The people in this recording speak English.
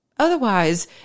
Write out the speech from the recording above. Otherwise